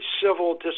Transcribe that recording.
civil